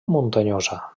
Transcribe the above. muntanyosa